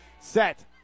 Set